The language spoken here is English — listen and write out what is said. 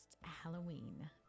Halloween